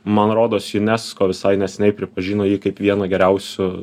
man rodos unesco visai neseniai pripažino jį kaip vienu geriausių